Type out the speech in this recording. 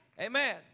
Amen